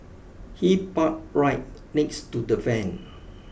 he parked right next to the van